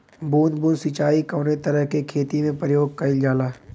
बूंद बूंद सिंचाई कवने तरह के खेती में प्रयोग कइलजाला?